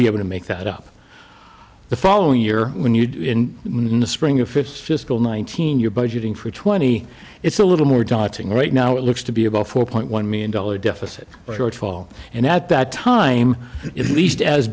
be able to make that up the following year when you when in the spring or fifth fiscal nineteen you're budgeting for twenty it's a little more dotting right now it looks to be about four point one million dollars deficit but shortfall and at that time it least as